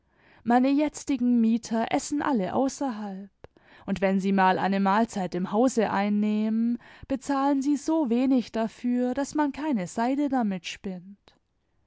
meine jetzigen mieter essen alle außerhalb und wenn sie mal eine mahlzeit im hause einnehmen bezahlen sie so wenig dafür daß man keine seide damit spinnt